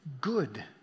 good